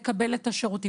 לקבל את השירותים.